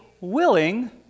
willing